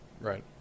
Right